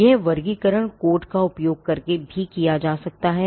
यह वर्गीकरण कोड का उपयोग करके भी किया जा सकता है